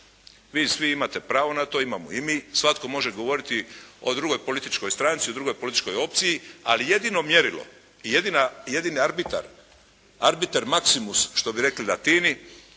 Vi svi imate pravo na to. Imamo i mi. Svatko može govoriti o drugoj političkoj stranci, o drugoj političkoj opciji, ali jedino mjerilo i jedina, jedini arbitar, arbitar maksimus što bi rekli Latini